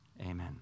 Amen